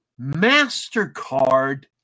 MasterCard